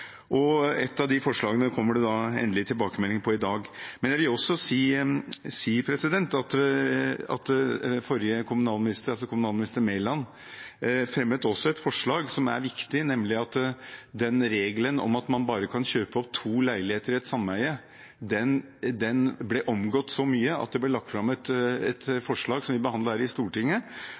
av de forslagene kommer det da endelig tilbakemelding på i dag. Men jeg vil også si at forrige kommunalminister, kommunalminister Mæland, fremmet et forslag som er viktig. Regelen om at man bare kan kjøpe opp to leiligheter i ett sameie, ble omgått så mye at det ble lagt fram et forslag som vi behandlet her i Stortinget,